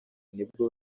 nibwo